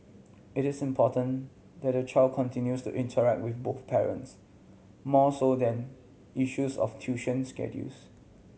it is important that the child continues to interact with both parents more so than issues of tuition schedules